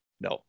No